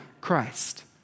Christ